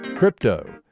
Crypto